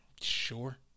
Sure